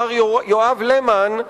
מר יואב להמן,